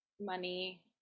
money